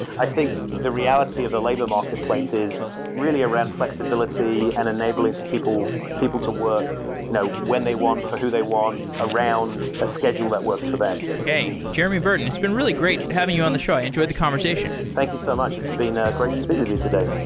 i think the reality of the labor marketplace is really around flexibility and enabling people people to work you know when they want, for who they want, around a schedule that works for them okay. jeremy burton, it's been really great having you on the show. i enjoyed the conversation. thank you so much. it's been ah great to speak with you today.